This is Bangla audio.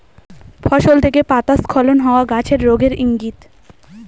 ফসল থেকে পাতা স্খলন হওয়া গাছের রোগের ইংগিত